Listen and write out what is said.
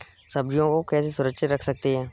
सब्जियों को कैसे सुरक्षित रख सकते हैं?